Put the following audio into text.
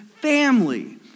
family